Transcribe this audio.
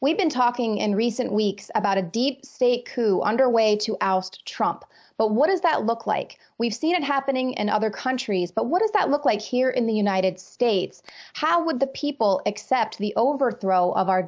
we've been talking in recent weeks about a deep state coup underway to oust trump but what does that look like we've seen it happening in other countries but what does that look like here in the united states how would the people accept the overthrow of our